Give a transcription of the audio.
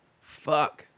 Fuck